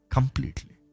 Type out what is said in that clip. Completely